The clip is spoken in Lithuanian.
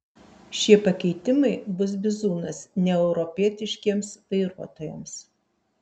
šie pakeitimai bus bizūnas neeuropietiškiems vairuotojams